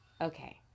Okay